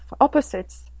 opposites